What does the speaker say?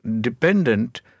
dependent